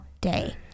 day